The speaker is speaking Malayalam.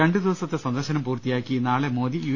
രണ്ട് ദിവ സത്തെ സന്ദർശനം പൂർത്തിയാക്കി നാളെ മോദി യു